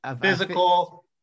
physical